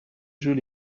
jeux